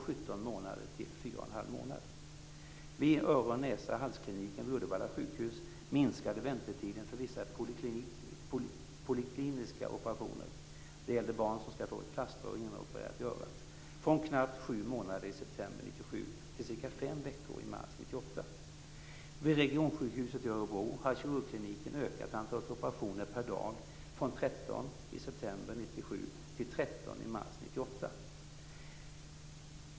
Vid Regionsjukhuset i Örebro har kirurgkliniken ökat antalet operationer per dag från tio i september 1997 till tretton i mars 1998.